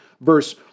verse